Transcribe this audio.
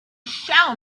shall